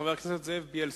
חבר הכנסת זאב בילסקי.